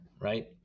right